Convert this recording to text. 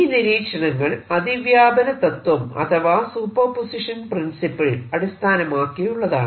ഈ നിരീക്ഷണങ്ങൾ അതിവ്യാപന തത്വം അഥവാ സൂപ്പർപോസിഷൻ പ്രിൻസിപ്പിൽ അടിസ്ഥാനമാക്കിയുള്ളതാണ്